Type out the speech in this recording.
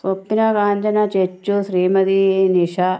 സ്വപ്ന കാഞ്ചന ചെച്ചു ശ്രീമതീ നിഷ